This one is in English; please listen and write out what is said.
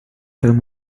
film